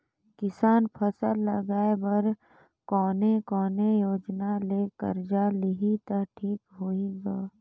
किसान फसल लगाय बर कोने कोने योजना ले कर्जा लिही त ठीक होही ग?